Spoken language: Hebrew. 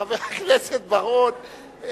חבר הכנסת בר-און.